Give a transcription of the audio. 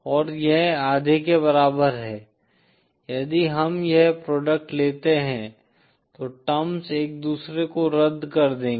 और यह आधे के बराबर है यदि हम यह प्रोडक्ट लेते हैं तो टर्म्स एक दूसरे को रद्द कर देंगी